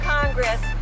Congress